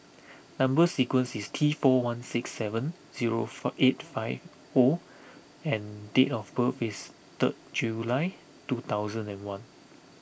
number sequence is T four one six seven zero eight five O and date of birth is third July two thousand and one